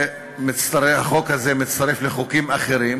החוק הזה מצטרף לחוקים אחרים